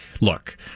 look